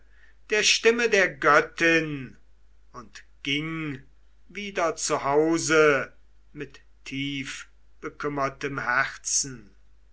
der stimme der göttin und ging wieder zu hause mit tief bekümmertem herzen